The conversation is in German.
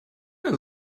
mehr